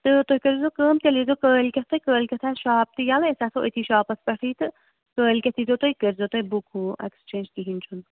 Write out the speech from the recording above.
تہٕ تُہۍ کٔرۍ زیو کٲم تیٚلہِ ییٖزیو کٲلکٮ۪تھٕے کٲلکٮ۪تھ آسہِ شاپ تہِ ییٚلے أسۍ آسو شاپس پٮ۪تھٕے تہٕ کٲلکٮ۪تھ ییٖزیو تُہۍ کٔرۍ زیو تُہۍ بُک ایکسچینج کِہیٖنۍ چھُنہٕ